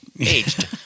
Aged